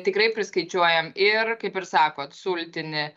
tikrai priskaičiuojam ir kaip ir sakot sultinį